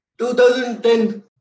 2010